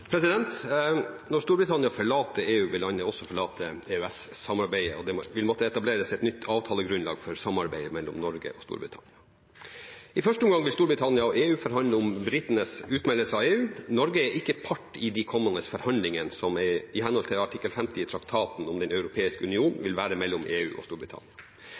Når Storbritannia forlater EU, vil landet også forlate EØS-samarbeidet, og det vil måtte etableres et nytt avtalegrunnlag for samarbeidet mellom Norge og Storbritannia. I første omgang vil Storbritannia og EU forhandle om britenes utmeldelse av EU. Norge er ikke part i de kommende forhandlingene, som i henhold til artikkel 50 i traktaten om Den europeiske union vil være mellom EU og Storbritannia.